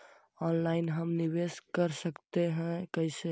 Online हम निवेश कर सकते है, कैसे?